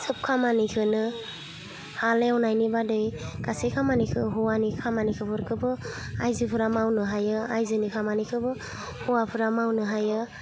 सोब खामानिखोनो हाल एवनायनि बादै गासै खामानिखौ हौवानि खामानिखौ फोरखौबो आइजोफ्रा मावनो हायो आइजोनि खामानिखौबो हौवाफ्रा मावनो हायो